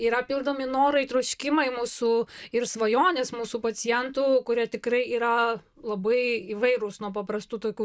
yra pildomi norai troškimai mūsų ir svajonės mūsų pacientų kurie tikrai yra labai įvairūs nuo paprastų tokių